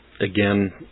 Again